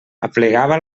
aplegava